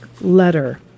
letter